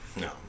No